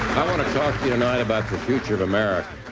i want to talk to you tonight about the future of america.